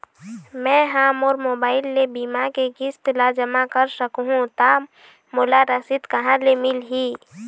मैं हा मोर मोबाइल ले बीमा के किस्त ला जमा कर हु ता मोला रसीद कहां ले मिल ही?